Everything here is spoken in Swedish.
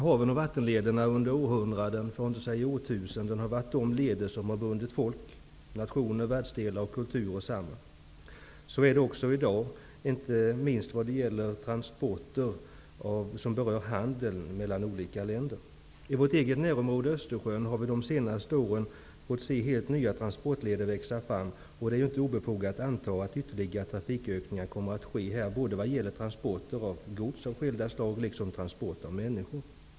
Haven och vattenlederna har under århundraden, för att inte säga årtusenden, varit de leder som bundit folk, nationer, världsdelar och kulturer samman. Så är det också i dag, inte minst i fråga om transporter som berör handeln mellan olika länder. I vårt eget närområde Östersjön har vi under de senaste åren fått se helt nya transportleder växa fram. Det är inte obefogat att anta att ytterligare trafikökningar kommer att ske här både vad gäller transporter av gods av skilda slag liksom transport av människor.